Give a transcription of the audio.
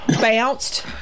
bounced